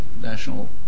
National